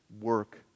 work